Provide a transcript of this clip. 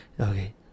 Okay